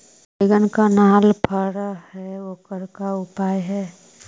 बैगन कनाइल फर है ओकर का उपाय है?